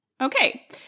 okay